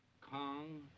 kong